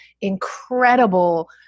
incredible